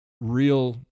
real